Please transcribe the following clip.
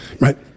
Right